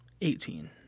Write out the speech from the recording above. Eighteen